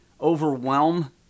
overwhelm